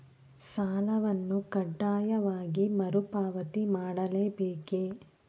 ಸಾಲವನ್ನು ಕಡ್ಡಾಯವಾಗಿ ಮರುಪಾವತಿ ಮಾಡಲೇ ಬೇಕೇ?